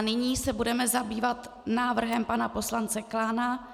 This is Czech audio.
Nyní se budeme zabývat návrhem pana poslance Klána.